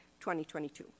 2022